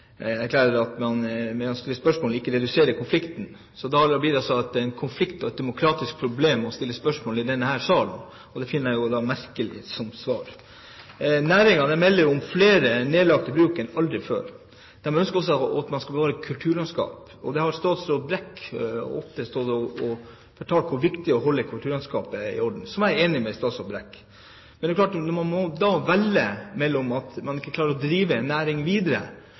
erklærer at man ved å stille spørsmål ikke reduserer konflikten. Da blir altså det å stille spørsmål i denne salen om en konflikt et demokratisk problem. Det finner jeg merkelig som svar. Næringen melder om flere nedlagte bruk enn noen gang før. Den ønsker at man skal bevare kulturlandskap. Statsråd Brekk har ofte stått og fortalt hvor viktig det er å holde kulturlandskapet i orden, noe som jeg er enig med statsråd Brekk i. Men det er klart at man da må velge om man klarer å drive en næring videre.